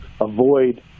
avoid